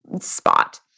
spot